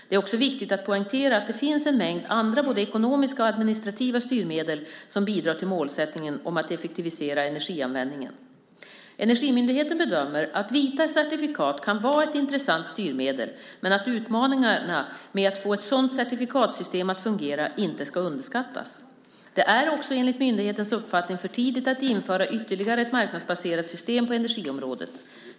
Det är också viktigt att poängtera att det finns en mängd andra både ekonomiska och administrativa styrmedel som bidrar till målsättningen om att effektivisera energianvändningen. Energimyndigheten bedömer att vita certifikat kan vara ett intressant styrmedel men att utmaningarna med att få ett sådant certifikatsystem att fungera inte ska underskattas. Det är också enligt myndighetens uppfattning för tidigt att införa ytterligare ett marknadsbaserat system på energiområdet.